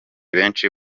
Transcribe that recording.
benshi